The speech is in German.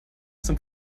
zum